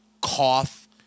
cough